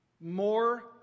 more